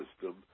system